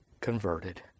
converted